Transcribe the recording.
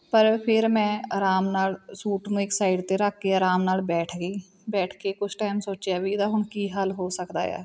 ਪਰ ਫਿਰ ਮੈਂ ਆਰਾਮ ਨਾਲ ਸੂਟ ਨੂੰ ਇੱਕ ਸਾਈਡ 'ਤੇ ਰੱਖ ਕੇ ਆਰਾਮ ਨਾਲ ਬੈਠ ਗਈ ਬੈਠ ਕੇ ਕੁਛ ਟਾਈਮ ਸੋਚਿਆ ਵੀ ਇਹਦਾ ਹੁਣ ਕੀ ਹੱਲ ਹੋ ਸਕਦਾ ਆ